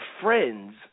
Friends